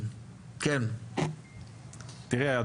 כיום,